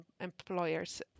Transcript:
employers